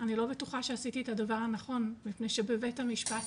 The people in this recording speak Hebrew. אני לא בטוחה שעשיתי את הדבר הנכון מפני שבבית המשפט